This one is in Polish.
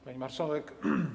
Pani Marszałek!